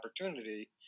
opportunity